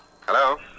Hello